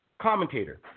commentator